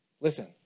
Listen